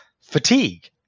fatigue